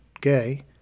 gay